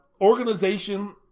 organization –